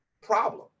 problem